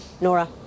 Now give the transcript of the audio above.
Nora